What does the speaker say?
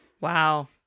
Wow